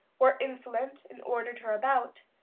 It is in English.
were insolent and ordered her about,